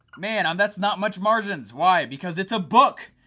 man, um that's not much margins, why? because it's a book,